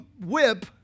whip